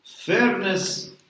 Fairness